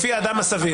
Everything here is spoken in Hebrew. לפי האדם הסביר.